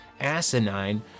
asinine